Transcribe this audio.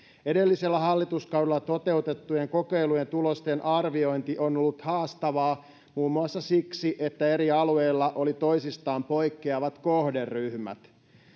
edellisellä hallituskaudella toteutettujen kokeilujen tulosten arviointi on ollut haastavaa muun muassa siksi että eri alueilla oli toisistaan poikkeavat kohderyhmät